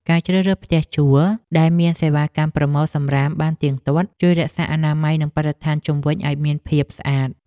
ការជ្រើសរើសផ្ទះជួលដែលមានសេវាកម្មប្រមូលសំរាមបានទៀងទាត់ជួយរក្សាអនាម័យនិងបរិស្ថានជុំវិញឱ្យមានភាពស្អាត។